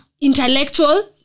intellectual